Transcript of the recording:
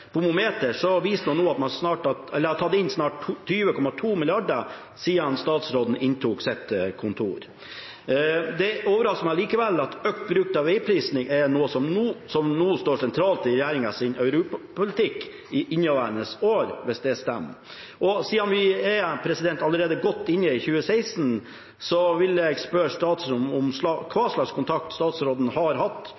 viste at man snart hadde tatt inn 20,2 mrd. kr siden statsråden inntok kontoret. Det overrasker meg likevel at økt bruk av veiprising er noe som nå står sentralt i regjeringens europapolitikk i inneværende år – hvis dette stemmer. Og siden vi allerede er godt inne i 2016, vil jeg spørre statsråden om